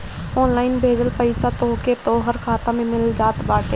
online भेजल पईसा तोहके तोहर खाता में मिल जात बाटे